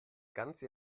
ganze